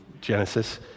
Genesis